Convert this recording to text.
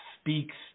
speaks